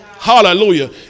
Hallelujah